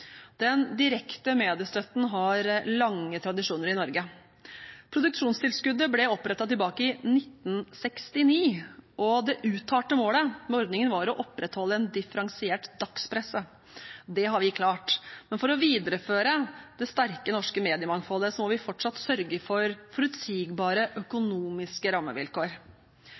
Den direkte mediestøtten har lange tradisjoner i Norge. Produksjonstilskuddet ble opprettet tilbake i 1969, og det uttalte målet med ordningen var å opprettholde en differensiert dagspresse. Det har vi klart, men for å videreføre det sterke norske mediemangfoldet må vi fortsatt sørge for forutsigbare, økonomiske rammevilkår.